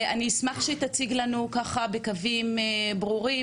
אני אשמח שתציג לנו בקווים ברורים,